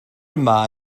yma